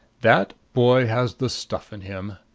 that boy has the stuff in him.